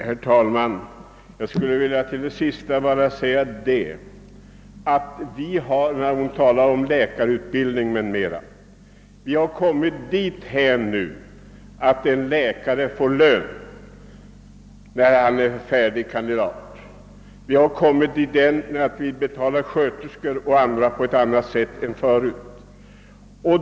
Herr talman! Med anledning av det sista som fru Sundberg anförde vill jag bara säga att i fråga om läkarutbildningen har vi ju nu kommit dithän att en färdig kandidat får lön under den fortsatta utbildningen. Vi betalar också sköterskor och annan vårdpersonal på annat sätt än förut.